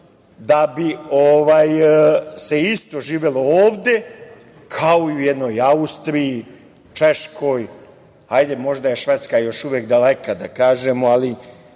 da bi se isto živelo ovde kao i u jednoj Austriji, Češkoj, hajde možda je Švedska još uvek daleka da kažemo, ali